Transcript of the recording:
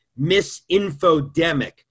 misinfodemic